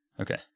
Okay